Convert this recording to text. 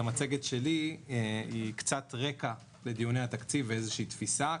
המצגת שלי היא קצת רקע לדיוני התקציב ואיזושהי תפיסה.